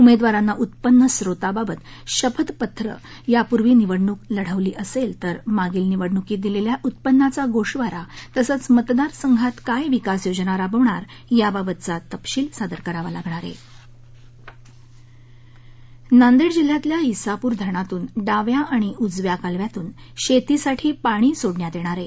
उमेदवारांना उत्पन्न स्रोताबाबत शपथ पत्र यापूर्वी निवडणूक लढवली असेल तर मागील निवडणुकीत दिलेल्या उत्पन्नाचा गोषवारा तसंच मतदार संघात काय विकास योजना राबवणार याबाबतचा तपशील सादर करावा लागणार आहे नांदेड जिल्ह्यातल्या आपूर धरणातून डाव्या आणि उजव्या कालव्यातून शेतीसाठी पाणी सोडण्यात येणार आहे